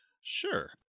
Sure